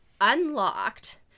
unlocked